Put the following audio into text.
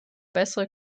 bessere